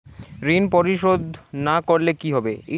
ঋণ পরিশোধ না করলে কি হবে?